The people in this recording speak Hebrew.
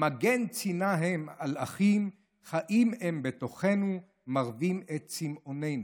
מגן צינה הם על אחים / חיים הם בתוכנו / מרווים את צמאוננו.